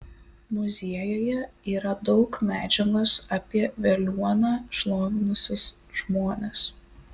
muziejuje yra daug medžiagos apie veliuoną šlovinusius žmones